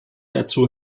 dazu